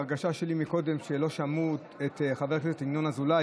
ההרגשה שלי שקודם לא שמעו את חבר הכנסת ינון אזולאי,